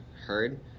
heard